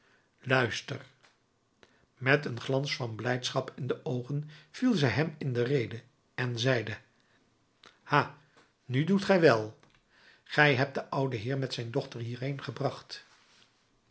luister met een glans van blijdschap in de oogen viel zij hem in de rede en zeide ha nu doet gij wel gij hebt den ouden heer met zijn dochter hierheen gebracht